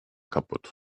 kaputt